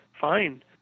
fine